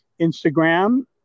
Instagram